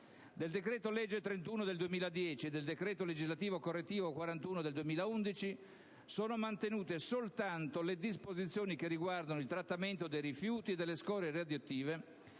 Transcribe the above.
Del decreto legislativo n. 31 del 2010 e del decreto legislativo correttivo n. 41 del 2011 sono mantenute soltanto le disposizioni che riguardano il trattamento dei rifiuti e delle scorie radioattive